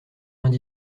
vingt